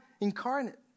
incarnate